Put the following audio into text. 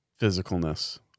physicalness